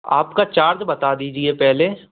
आपका चार्ज बता दीजिए पहले